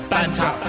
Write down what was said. Banter